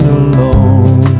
alone